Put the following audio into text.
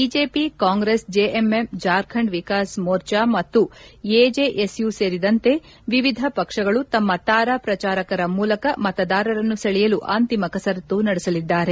BJP Congress JMM Jharkhand Vikas Morcha ಮತ್ತು AJSU ಸೇರಿದಂತೆ ವಿವಿಧ ಪಕ್ಷಗಳು ತಮ್ಮ ತಾರಾ ಪ್ರಚಾರಕರ ಮೂಲಕ ಮತದಾರರನ್ನು ಸೆಳೆಯಲು ಅಂತಿಮ ಕಸರತ್ತು ನಡೆಸಲಿದ್ದಾರೆ